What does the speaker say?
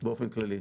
באופן כללי.